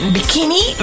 Bikini